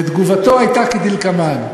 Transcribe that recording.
ותגובתו הייתה כדלקמן: